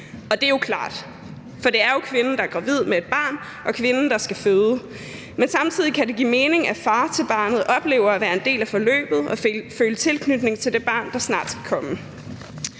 og det er jo klart, for det er kvinden, der er gravid med et barn, og kvinden, der skal føde, men samtidig kan det give mening, at far til barnet oplever at være en del af forløbet og føle tilknytning til det barn, der snart skal komme.